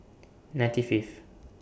ninety Fifth